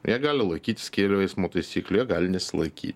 jie gali laikytis kelių eismo taisyklių jie gali nesilaikyt